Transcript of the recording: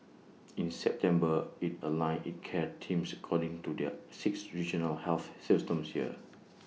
in September IT aligned its care teams according to their six regional health systems here